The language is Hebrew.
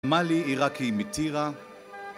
מאלי עיראקי מטירה